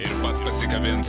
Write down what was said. ir pats pasigamint